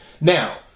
Now